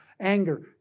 Anger